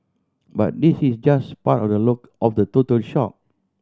but this is just part of the look of the total